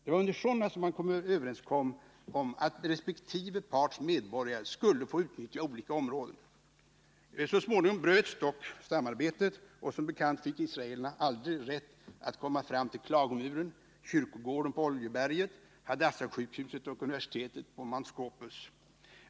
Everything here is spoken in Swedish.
Det var under sådana som man kom överens om att resp. parts medborgare skulle få utnyttja olika områden, såsom just det vi nu diskuterar. Så småningom bröts dock samarbetet, och som bekant fick israelerna aldrig rätt att komma fram till Klagomuren, kyrkogården, Oljeberget, Hadassah-sjukhuset och universitetet på Mount Scopus.